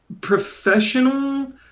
professional